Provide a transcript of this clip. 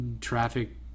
traffic